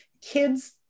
kids